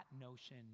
notion